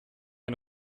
ein